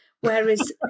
Whereas